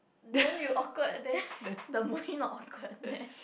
then you awkward then the movie not awkward meh